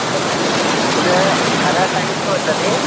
शौचालयः तद् अधः टैल्स् वर्तते